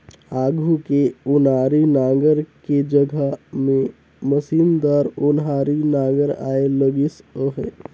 आघु के ओनारी नांगर के जघा म मसीनदार ओन्हारी नागर आए लगिस अहे